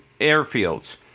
airfields